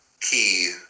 key